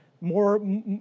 more